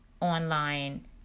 online